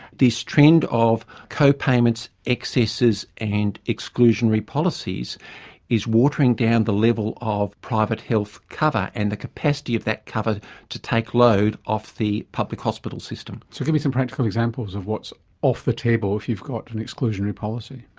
this trend of co-payments, excesses and exclusionary policies is watering down the level of private health cover and the capacity of that cover to take load off the public hospital system. so give me some practical examples of what's off the table if you've got and exclusionary policy.